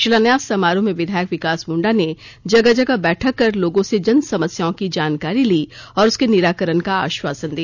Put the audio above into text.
शिलान्यास समारोह में विधायक विकास मुंडा ने जगह जगह बैठक कर लोगों से जनसमस्याओं की जानकारी ली और उसके निराकरण का आश्वासन दिया